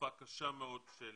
לתקופה קשה מאוד של